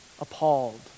appalled